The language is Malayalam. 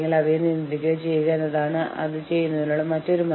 അതിനാൽ സംഘടനയുടെ അവിഭാജ്യ ഘടകമാണ് യൂണിയൻ എന്ന് ഞങ്ങൾ തിരിച്ചറിയുന്നു